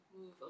move